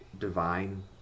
divine